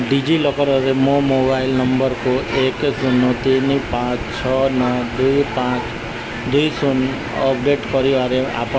Caballero ଦୁଇହଜାର ଏକୋଇଶ ମସିହା ଜାନୁୟାରୀ ଚଉଦ ତାରିଖରେ ମେକ୍ସିକୋ ସିଟିରେ ପଞ୍ଚଷଠି ବର୍ଷ ବୟସରେ ପ୍ରାଣ ହରାଇଥିଲେ